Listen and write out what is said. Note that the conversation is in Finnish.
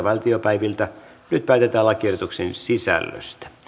nyt päätetään lakiehdotuksen sisällöstä